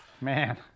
Man